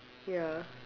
ya